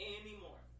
anymore